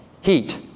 Heat